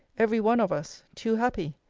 every one of us, too happy.